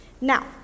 Now